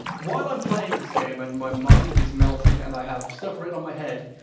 while i'm playing this game and my mind is melting and i have stuff written on my head,